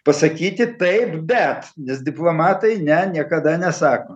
pasakyti taip bet nes diplomatai ne niekada nesako